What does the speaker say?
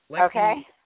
Okay